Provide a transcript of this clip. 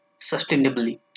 Sustainably